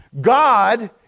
God